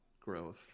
growth